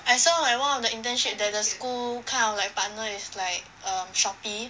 I saw like one of the internship that the school kind of like partner is like um Shopee